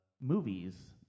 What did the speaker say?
movies